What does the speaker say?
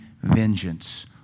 vengeance